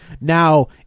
now